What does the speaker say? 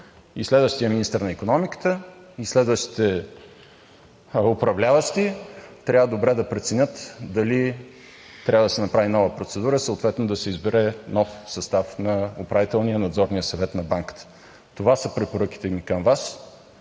Следващият министър на икономиката и следващите управляващи трябва добре да преценят дали трябва да се направи нова процедура, съответно да се избере нов състав на Управителния и Надзорния съвет на Банката. Това са препоръките ми към Вас.